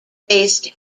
based